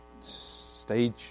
stage